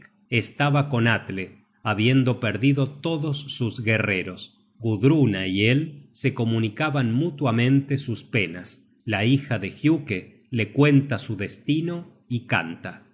estaba con atle habiendo perdido todos sus guerreros gudruna y él se comunicaban mutuamente sus penas la hija de giuke le cuenta su destino y canta